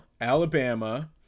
Alabama